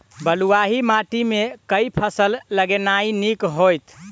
बलुआही माटि मे केँ फसल लगेनाइ नीक होइत?